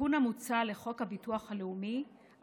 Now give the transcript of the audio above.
התיקון המוצע לחוק הביטוח הלאומי,